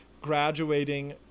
graduating